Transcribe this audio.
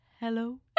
hello